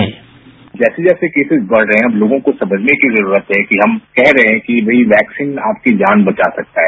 bite जैसे जैसे cases बढ़ रहे हैं हमलोगों को समझने की जरूरत है कि हम कह रहे हैं कि वैक्सीन आपकी जान बचा सकता है